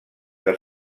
del